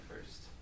first